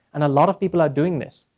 and a lot of people are doing this.